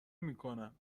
میکنم